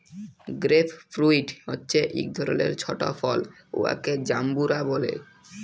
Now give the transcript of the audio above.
grape fruit হছে ইক ধরলের ছট ফল উয়াকে জাম্বুরা ব্যলে